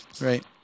right